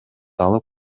алып